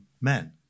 men